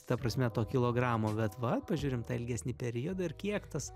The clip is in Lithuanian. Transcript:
ta prasme to kilogramo bet va pažiūrim tą ilgesnį periodą ir kiek tas